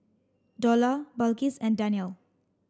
Dollah Balqis and Danial